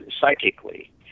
psychically